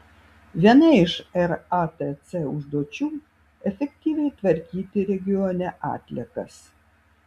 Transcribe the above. viena iš ratc užduočių efektyviai tvarkyti regione atliekas